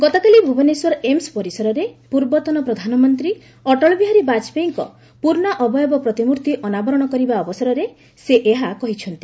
ଗତକାଲି ଭୁବନେଶ୍ୱରର ଏମସ୍ ପରିସରରେ ପୂର୍ବତନ ପ୍ରଧାନମନ୍ତ୍ରୀ ଅଟଳ ବିହାରୀ ବାଜାପେୟୀଙ୍କ ପୂର୍ଣ୍ଣାବୟବ ପ୍ରତିମୂର୍ତ୍ତି ଅନାବରଣ କରିବା ଅବସରରେ ସେ ଏହା କହିଛନ୍ତି